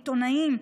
עיתונאים,